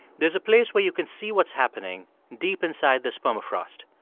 there's a place where you can see what's happening deep inside this permafrost.